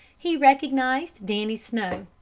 he recognized dannie snow,